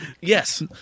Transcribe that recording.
Yes